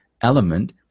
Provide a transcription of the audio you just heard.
element